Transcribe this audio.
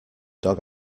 dog